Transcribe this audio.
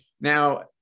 Now